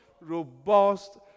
robust